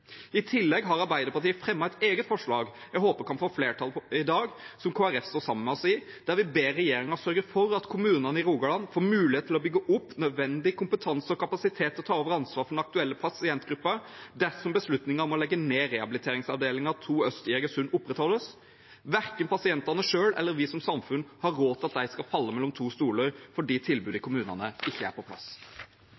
I tillegg har Arbeiderpartiet fremmet et forslag, som Kristelig Folkeparti står sammen med oss i, som jeg håper kan få flertall i dag, der vi ber regjeringen sørge for at kommunene i Rogaland får mulighet til å bygge opp nødvendig kompetanse og kapasitet til å ta over ansvaret for den aktuelle pasientgruppen dersom beslutningen om å legge ned rehabiliteringsavdelingen 2 Øst i Egersund opprettholdes. Verken pasientene selv eller vi som samfunn har råd til at de skal falle mellom to stoler fordi tilbudet i